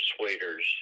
persuaders